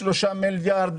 3 מיליארד,